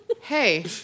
Hey